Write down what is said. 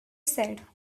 said